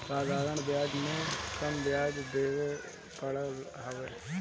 साधारण बियाज में कम बियाज देवे के पड़त हवे